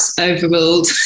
overruled